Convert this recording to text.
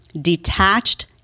detached